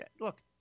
Look